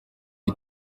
ati